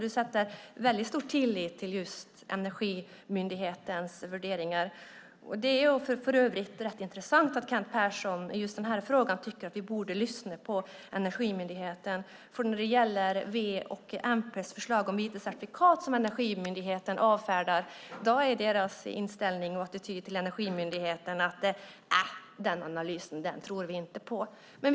Du sätter stor tillit till just Energimyndighetens värderingar. Det är för övrigt rätt intressant att Kent Persson i just den här frågan tycker att vi borde lyssna på Energimyndigheten. När det gäller V:s och MP:s förslag om vita certifikat som Energimyndigheten avfärdar är deras inställning och attityd till Energimyndigheten att de inte tror på den analysen.